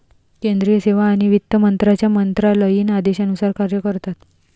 केंद्रीय सेवा आणि वित्त मंत्र्यांच्या मंत्रालयीन आदेशानुसार कार्य करतात